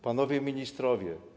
Panowie Ministrowie!